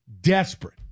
Desperate